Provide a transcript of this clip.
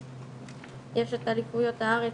יש את אליפויות הארץ,